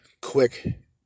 quick